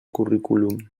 currículum